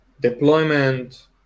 deployment